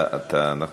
אני פה.